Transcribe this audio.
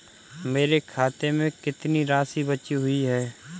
मेरे खाते में कितनी राशि बची हुई है?